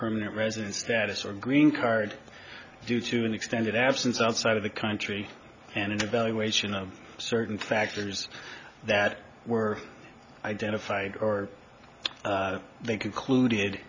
permanent resident status or green card due to an extended absence outside of the country and evaluation of certain factors that were identified or they concluded